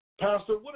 Pastor